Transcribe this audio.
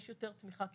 יש יותר תמיכה קהילתית,